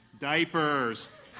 Diapers